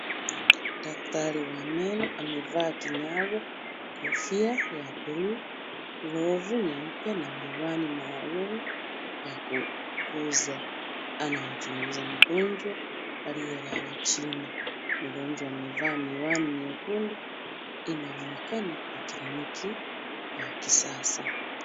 Daktari wa meno amevaa kinyago, kofia ya buluu, glovu nyeupe na miwani maalum ya kukuza. Anamchunguza mgonjwa aliyelala chini. Mgonjwa amevaa miwani nyekundu. Inaonekana ni kliniki ya kisasa.